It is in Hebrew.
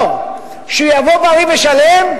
טוב שהוא יבוא בריא ושלם,